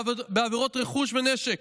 בעבירות רכוש ונשק,